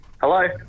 Hello